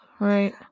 Right